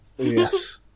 Yes